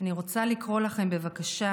אני רוצה לקרוא לכם בבקשה